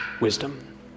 wisdom